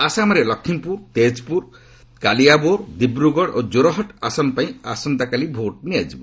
ଆସାମରେ ଲକ୍ଷ୍ମୀପୁର ତେଜପୁର କାଳିଆବୋର୍ ଦିବ୍ରଗଡ଼ ଓ ଜୋରହତ୍ ଆସନ ପାଇଁ ଆସନ୍ତାକାଲି ଭୋଟ୍ ନିଆଯିବ